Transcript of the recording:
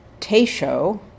Teisho